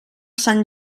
sant